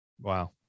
Wow